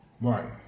Right